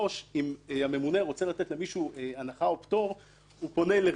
אם הממונה רוצה לתת למישהו הנחה או פטור הוא פונה לרמ"י,